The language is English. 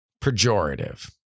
pejorative